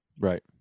Right